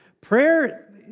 prayer